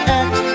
act